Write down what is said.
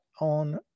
on